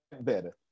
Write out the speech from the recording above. better